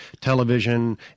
television